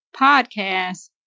podcast